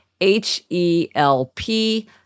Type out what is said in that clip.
H-E-L-P